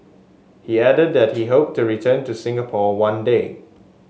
he added that he hoped to return to Singapore one day